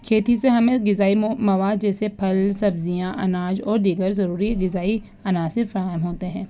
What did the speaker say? کھیتی سے ہمیں غذائی مواد جیسے پھل سبزیاں اناج اور دیگر ضروری غذائی عناصر فراہم ہوتے ہیں